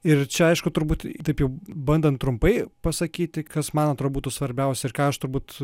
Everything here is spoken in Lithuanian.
ir čia aišku turbūt taip jau bandant trumpai pasakyti kas man atrodytų svarbiausia ir ką aš turbūt